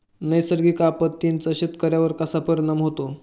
नैसर्गिक आपत्तींचा शेतकऱ्यांवर कसा परिणाम होतो?